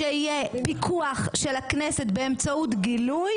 -- שיהיה פיקוח של הכנסת באמצעות גילוי